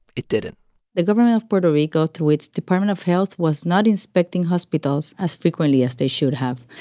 it didn't the government of puerto rico, through its department of health, was not inspecting hospitals as frequently as they should have.